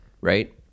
right